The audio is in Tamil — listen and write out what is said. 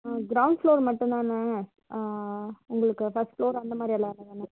ஆ க்ரௌண்ட் ஃப்ளோர் மட்டும்தான உங்களுக்கு ஃபர்ஸ்ட் ஃப்ளோர் அந்த மாதிரி எல்லாம் வேணுமா